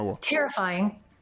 Terrifying